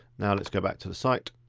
now let's go back to the site.